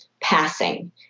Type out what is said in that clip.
passing